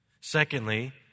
Secondly